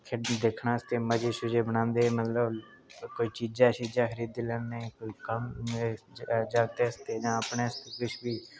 किश दिक्खने आस्तै मजे मुजे मनांदे मतलब किश चीजां छीजां खरीदी लैन्ने कोई कम्म जागतें आस्तै किश अपने